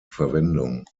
verwendung